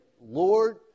Lord